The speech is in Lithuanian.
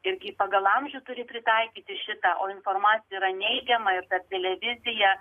irgi pagal amžių turi pritaikyti šitą o informacija yra neigiama ir per televiziją